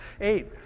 eight